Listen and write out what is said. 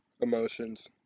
emotions